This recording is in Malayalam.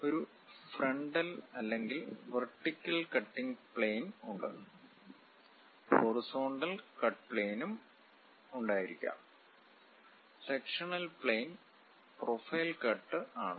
ഒരു ഫ്രണ്ടൽ അല്ലെങ്കിൽ വെർട്ടിക്കൽ കട്ടിംഗ് പ്ലെ യിൻ ഉണ്ട് ഹൊറിസൻ്റൽ കട്ട് പ്ലെയിനും ഉണ്ടായിരിക്കാം സെക്ഷനൽ പ്ലെയിൻ പ്രൊഫൈൽ കട്ട് ആണ്